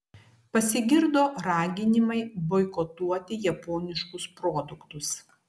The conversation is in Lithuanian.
pasigirdo raginimai boikotuoti japoniškus produktus